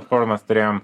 formas turėjom